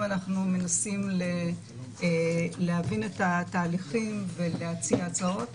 אנחנו מנסים להבין את התהליכים ולהציע הצעות,